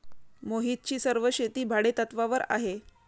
मोहितची सर्व शेती भाडेतत्वावर आहे